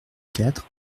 quatre